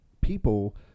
People